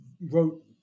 wrote